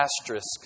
Asterisk